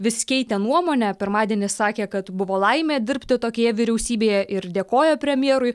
vis keitė nuomonę pirmadienį sakė kad buvo laimė dirbti tokioje vyriausybėje ir dėkojo premjerui